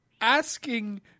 asking